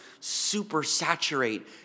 supersaturate